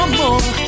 more